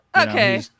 okay